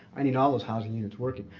i need all those housing units working.